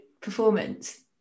performance